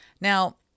Now